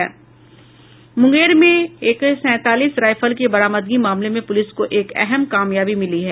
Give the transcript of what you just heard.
मुंगेर में एके सैंतालीस रायफल की बरामदगी मामले में पुलिस को एक अहम कामयाबी मिली है